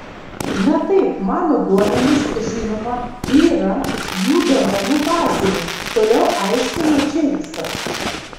na taip mano duomenys žinoma yra jų duomenų bazėje toliau aiškina džeimsas